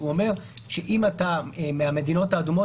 הוא אומר שאם אתה מגיע מהמדינות האדומות,